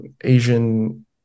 Asian